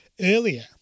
earlier